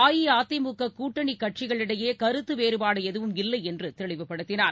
அஇஅதிமுக கூட்டணி கட்சிகளிடையே கருத்து வேறுபாடு எதுவும் இல்லை என்று தெளிவுபடுத்தினார்